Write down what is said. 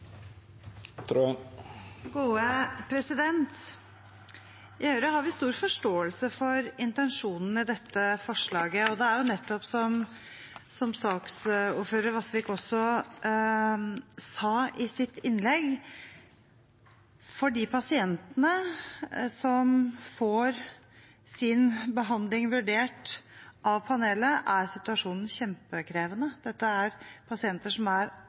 Høyre har vi stor forståelse for intensjonene i dette forslaget, og det er slik som saksordfører Vasvik nettopp sa i sitt innlegg: For de pasientene som får sin behandling vurdert av panelet, er situasjonen kjempekrevende. Dette er pasienter som er